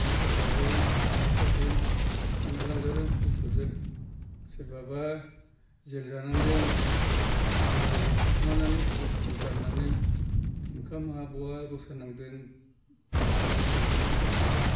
गावथारजादों दानख्रुबजादों खाना लांजादों फुलिसफोरजों सोरबाबा जेल जानांदों माइ बारि बारि खारखोमानानै थफ्ला थफ्लि बाननानै ओंखामा बहा रसा नांदों खस्थ' मोन्दों बर'फ्रा